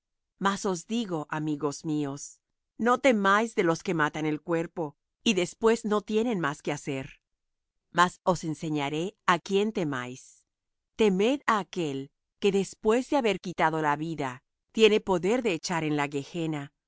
os digo amigos míos no temáis de los que matan el cuerpo y después no tienen más que hacer mas os enseñaré á quién temáis temed á aquel que después de haber quitado la vida tiene poder de echar en la gehenna